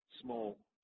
small